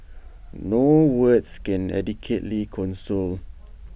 no words can adequately console